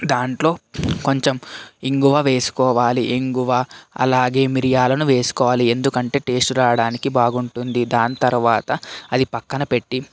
దాంట్లో కొంచెం ఇంగువ వేసుకోవాలి ఇంగువ అలాగే మిరియాలను వేసుకోవాలి ఎందుకంటే టేస్ట్ రావడానికి బాగుంటుంది దాని తర్వాత అది పక్కన పెట్టి